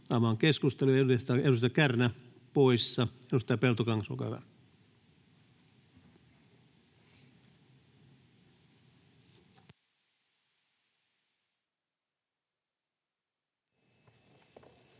— Avaan keskustelun. Edustaja Kärnä poissa. — Edustaja Peltokangas, olkaa hyvä. [Speech